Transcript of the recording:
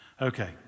Okay